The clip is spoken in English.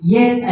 Yes